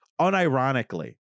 unironically